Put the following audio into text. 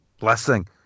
Blessing